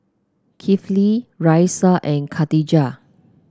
Kifli Raisya and Khatijah